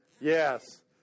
Yes